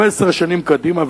15 שנים קדימה,